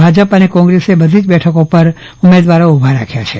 ભાજપ અને કોગ્રેસે બધી જ બેઠકો પર ઉમેદવારો ઉભા રાખ્યા છે